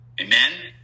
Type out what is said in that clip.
Amen